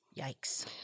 yikes